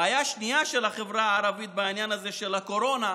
בעיה שנייה של החברה הערבית בעניין הזה של הקורונה,